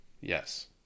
Yes